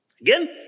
Again